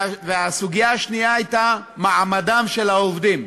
והסוגיה השנייה הייתה מעמדם של העובדים.